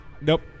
nope